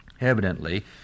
Evidently